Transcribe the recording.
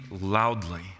loudly